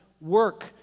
Work